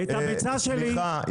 סליחה,